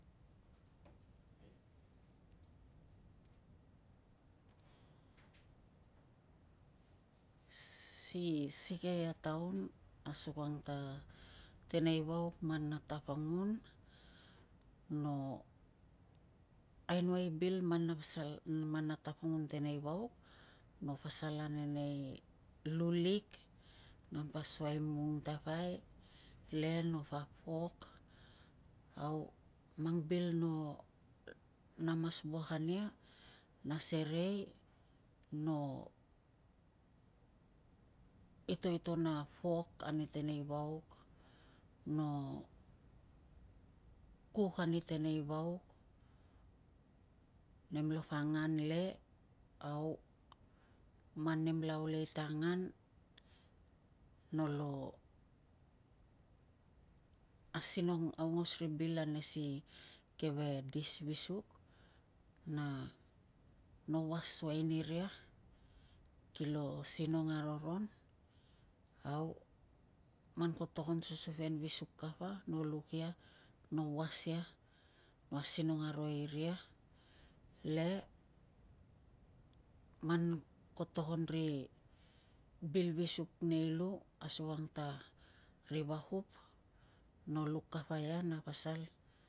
Si sikei a taun asukang ta tenei vauk man na tapangun no ainoai i bil man na pasal, man na tapangun enei vauk no pasal ane nei lu lik, nan pa asuai mung tapai le no papok. Au mang bil no mas wuak ania na serei no itoiton a pok ani teneivauk, no kuk ani teneivauk, nemlapa angan le, au man nem la aulei ta angan nolo asinongaungos ri bil ane si keve dis visuk, na no uas suai niria, kilo sinong aroron. Au man ko togon susupen visuk kapa, no luk ia no was ia, go asinong aro iria, le man ko togon ri bil visuk nei lu asukang ta ri vakup, no luk kapa ia na pasal